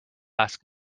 ask